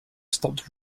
stopped